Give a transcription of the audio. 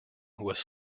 was